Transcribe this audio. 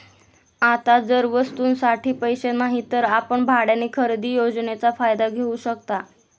आता जर वस्तूंसाठी पैसे नाहीत तर आपण भाड्याने खरेदी योजनेचा फायदा घेऊ शकता